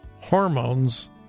hormones